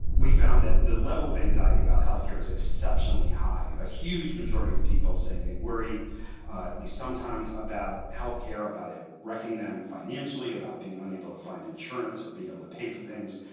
we found that the level of anxiety about health care is exceptionally high. a huge majority of people say they worry, at least sometimes, about health care about it wrecking them financially, about being unable to find insurance or being able to pay for things.